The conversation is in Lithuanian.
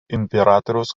imperatoriaus